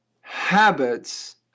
habits